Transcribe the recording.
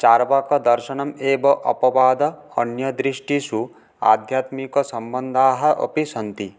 चार्वाकदर्शनमेव अपवादः अन्यदृष्टिषु आध्यत्मिकसम्बन्धाः अपि सन्ति